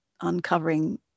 uncovering